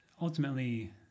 ultimately